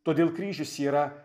todėl kryžius yra